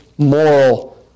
Moral